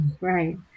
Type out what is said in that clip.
right